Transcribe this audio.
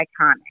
iconic